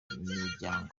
miryango